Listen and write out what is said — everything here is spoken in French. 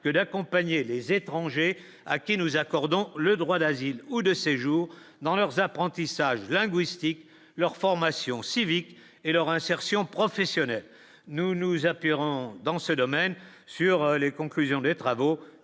que d'accompagner les étrangers à qui nous accordons le droit d'asile ou de séjour dans leurs apprentissages linguistiques leur formation civique et leur insertion professionnelle, nous nous appuierons dans ce domaine sur les conclusions des travaux,